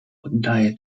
oddaje